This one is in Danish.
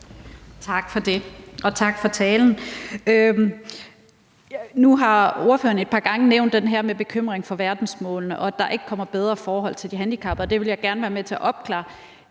Tak for det, og tak for talen. Nu har ordføreren et par gange nævnt det her med bekymringen for verdensmålene, og at der ikke bliver bedre forhold for de handicappede. Det vil jeg gerne være med til at opklare.